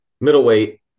Middleweight